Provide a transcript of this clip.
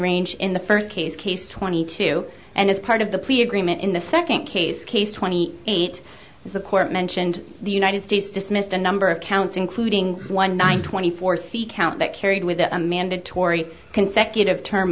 range in the first case case twenty two and as part of the plea agreement in the second case case twenty eight is the court mentioned the united states dismissed a number of counts including one nine twenty four c count that carried with a mandatory consecutive term